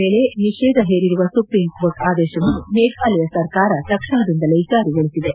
ಕಲ್ಲಿದ್ದಲು ಸಾಗಣೆ ಮೇಲೆ ನಿಷೇಧ ಹೇರಿರುವ ಸುಪ್ರೀಂ ಕೋರ್ಟ್ ಆದೇಶವನ್ನು ಮೇಘಾಲಯ ಸರ್ಕಾರ ತಕ್ಷಣದಿಂದಲೇ ಜಾರಿಗೊಳಿಸಿದೆ